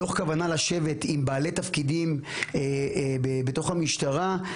מתוך כוונה לשבת עם בעלי תפקידים בתוך המשטרה,